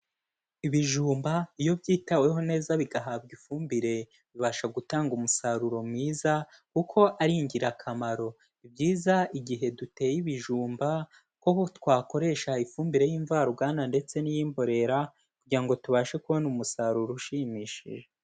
Ibijumba iyo byitaweho neza bigahabwa ifumbire bibasha gutanga umusaruro mwiza kuko ari ingirakamaro. Ni byiza igihe duteye ibijumba ko twakoresha ifumbire y'imvaruganda ndetse n'iy'imborera kugira ngo tubashe kubona umusaruro ushimishije.